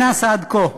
מה נעשה עד כה?